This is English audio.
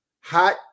Hot